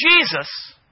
Jesus